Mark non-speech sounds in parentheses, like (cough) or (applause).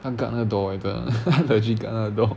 他 guard 那个 door (noise) 他去 guard 那个 door